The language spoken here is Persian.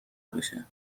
بشه